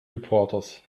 reporters